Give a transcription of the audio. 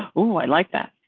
oh i like that.